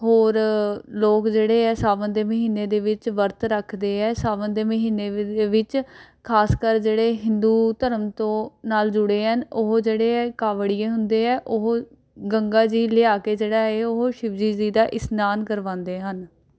ਹੋਰ ਲੋੋਕ ਜਿਹੜੇ ਹੈ ਸਾਵਣ ਦੇ ਮਹੀਨੇ ਦੇ ਵਿੱਚ ਵਰਤ ਰੱਖਦੇ ਹੈ ਸਾਵਣ ਦੇ ਮਹੀਨੇ ਦੇ ਵਿੱਚ ਖਾਸਕਰ ਜਿਹੜੇ ਹਿੰਦੂ ਧਰਮ ਤੋਂ ਨਾਲ ਜੁੜੇ ਹਨ ਉਹ ਜਿਹੜੇ ਹੈ ਕਾਵੜੀਏ ਹੁੰਦੇ ਹੈ ਉਹ ਗੰਗਾ ਜੀ ਲਿਆ ਕੇ ਜਿਹੜਾ ਹੈ ਉਹ ਸ਼ਿਵਜੀ ਜੀ ਦਾ ਇਸ਼ਨਾਨ ਕਰਵਾਉਂਦੇ ਹਨ